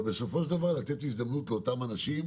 אבל בסופו של דבר לתת הזדמנות לאותם אנשים,